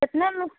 कितने में